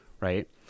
right